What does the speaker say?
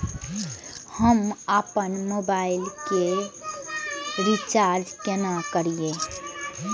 हम आपन मोबाइल के रिचार्ज केना करिए?